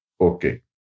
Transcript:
Okay